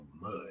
mud